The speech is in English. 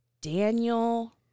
Daniel